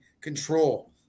control